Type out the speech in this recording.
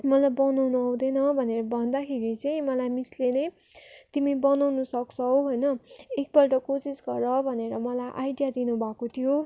मलाई बनउनु आउँदैन भनेर भन्दाखेरि चाहिँ मलाई मिसले नै तिमी बनाउनु सक्छौ होइन एकपल्ट कोसिस गर भनेर मलाई आइडिया दिनुभएको थियो